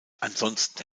ansonsten